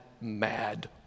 mad